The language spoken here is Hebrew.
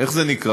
איך זה נקרא,